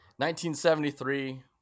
1973